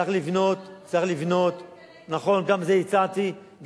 צריך לבנות, למה צריך, נכון, גם זה הצעתי.